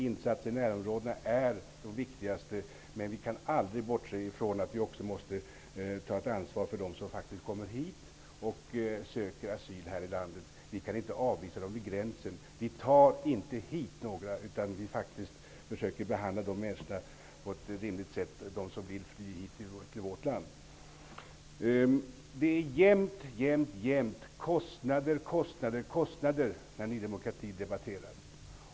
Insatser i närområdena är de viktigaste, men vi kan inte bortse från att vi också måste ta ett ansvar för dem som faktiskt kommer hit och söker asyl här i landet. Vi kan inte avvisa dem vid gränsen. Vi tar inte hit några, utan vi försöker att behandla dem som flytt till vårt land på ett rimligt sätt. När Ny demokrati debatterar handlar det alltid om kostnader.